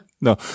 No